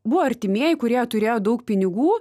buvo artimieji kurie turėjo daug pinigų